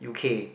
U_K